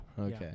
Okay